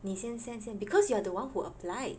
你先 send 先 because you are the one who applied